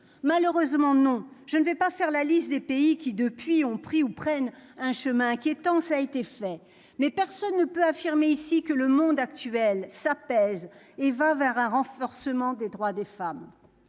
malheureusement non, je ne vais pas faire la liste des pays qui depuis ont pris ou prennent un chemin inquiétant, ça a été fait mais personne ne peut affirmer ici que le monde actuel, ça pèse et va vers un renforcement des droits des femmes,